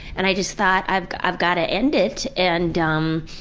and i just thought, i've i've got to end it! and um,